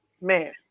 Man